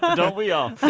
so don't we all?